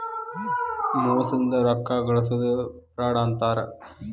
ಮೋಸದಿಂದ ರೊಕ್ಕಾ ಗಳ್ಸೊದಕ್ಕ ಫ್ರಾಡ್ ಅಂತಾರ